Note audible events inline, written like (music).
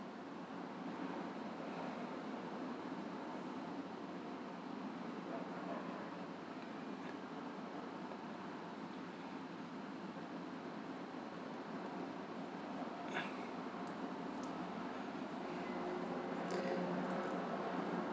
(noise)